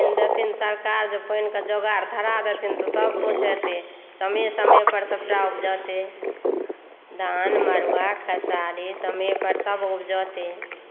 तऽ पानि देथिन सरकार जऽ पानिक जोगाड़ धरा दथिन तऽ सभकुछ हेतै समय समय पर सभटा उपजतै धान मड़ुआ खेसारी समय पर सभ उपजतै